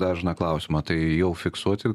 dažną klausimą tai jau fiksuoti